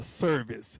service